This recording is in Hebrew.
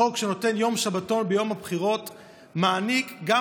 החוק שנותן יום שבתון ביום הבחירות מעניק גם